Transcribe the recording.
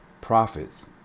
profits